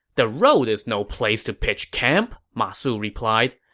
the road is no place to pitch camp, ma su replied.